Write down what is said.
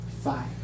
five